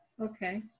Okay